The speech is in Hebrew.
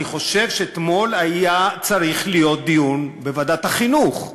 אני חושב שאתמול היה צריך להיות דיון בוועדת החינוך,